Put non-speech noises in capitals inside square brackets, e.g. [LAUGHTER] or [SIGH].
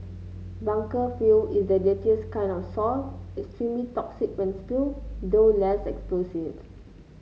bunker fuel is the dirtiest kind of [UNINTELLIGIBLE] extremely toxic when spilled though less explosive